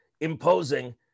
imposing